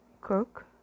cook